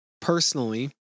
personally